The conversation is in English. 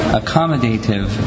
accommodative